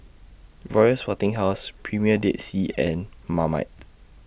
Royal Sporting House Premier Dead Sea and Marmite